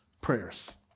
prayers